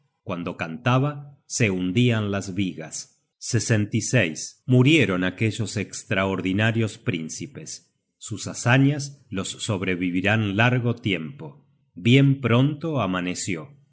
cuando cantaba se hundian las vigas murieron aquellos estraordinarios príncipes sus hazañas los sobrevivirán largo tiempo bien pronto amaneció